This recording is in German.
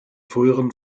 früheren